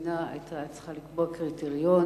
המדינה היתה צריכה לקבוע קריטריונים.